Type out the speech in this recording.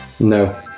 No